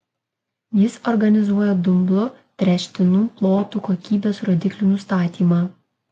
jis organizuoja dumblu tręštinų plotų kokybės rodiklių nustatymą